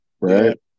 right